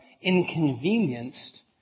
inconvenienced